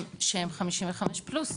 שהם 55 פלוס.